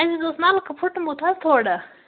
اَسہِ حظ اوس نَلکہٕ پھٕٹمُت حظ تھوڑا